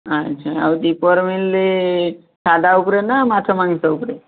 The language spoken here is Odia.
ଆଚ୍ଛା ଆଉ ଦ୍ୱିପହର ମିଲ୍ରେ ସାଧା ଉପରେ ନା ମାଛ ମାଂସ ଉପରେ